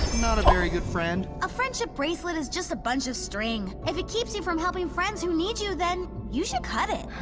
not a very good friend. a friendship bracelet is just a bunch of string. if it keeps you from helping friends who need you, then, you should cut it.